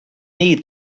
need